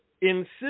insist